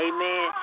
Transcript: Amen